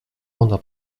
ona